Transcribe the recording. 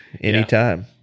Anytime